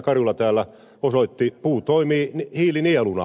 karjula täällä osoitti puu toimii hiilinieluna